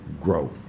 grow